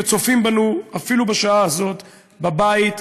וצופים בנו אפילו בשעה הזאת בבית,